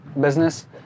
business